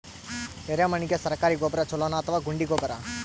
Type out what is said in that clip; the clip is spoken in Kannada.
ಎರೆಮಣ್ ಗೆ ಸರ್ಕಾರಿ ಗೊಬ್ಬರ ಛೂಲೊ ನಾ ಅಥವಾ ಗುಂಡಿ ಗೊಬ್ಬರ?